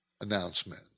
announcement